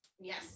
yes